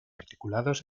articulados